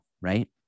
right